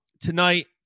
tonight